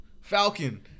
Falcon